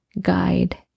guide